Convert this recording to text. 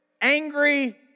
angry